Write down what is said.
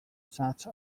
such